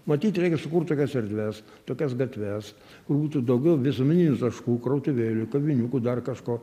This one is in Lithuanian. matyt reikia sukurt tokias erdves tokias gatves kur būtų daugiau visuomeninių taškų krautuvėlių kavinikų dar kažko